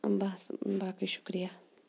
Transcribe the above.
بَس باقٕے شُکریہ